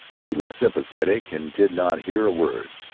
she looked sympathetic and did not hear a word.